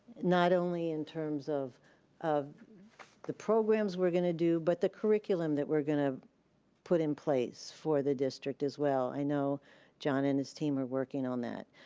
not only in terms of of the programs we're gonna do, but the curriculum that we're gonna put in place for the district, as well. i know john and his team are working on that,